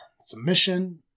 Submission